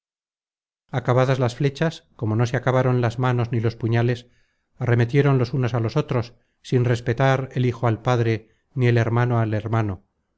acabadas las flechas como no se acabaron las manos ni los puñales arremetieron los unos á los otros sin respetar el hijo al padre ni el hermano al hermano